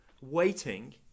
waiting